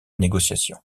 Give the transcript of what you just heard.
négociations